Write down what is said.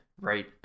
right